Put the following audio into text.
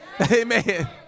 amen